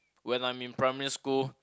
when I'm in primary school